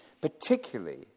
particularly